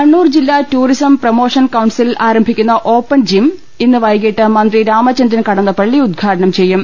കണ്ണൂർ ജില്ലാ tourism promotion council ആരംഭി ക്കുന്ന ഓപ്പൺ ജിം ഇന്ന് വൈകിട്ട് മന്ത്രി രാമചന്ദ്രൻ കടന്നപ്പ ളളി ഉദ്ഘാടനം ചെയ്യും